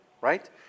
right